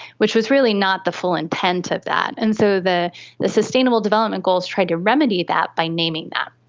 which was really not the full intent of that. and so the the sustainable development goals tried to remedy that by naming that.